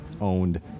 owned